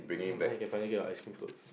now you can finally get your ice cream floats